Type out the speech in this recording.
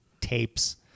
Tapes